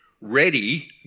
ready